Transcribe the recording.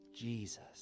Jesus